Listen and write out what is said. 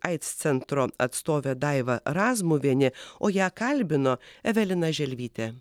aids centro atstovė daiva razmuvienė o ją kalbino evelina želvytė